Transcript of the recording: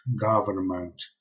government